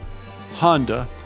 Honda